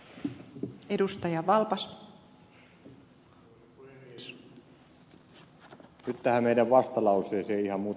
nyt tähän meidän vastalauseeseemme ihan muutama sana